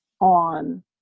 on